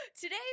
Today